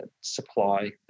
supply